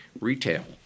Retail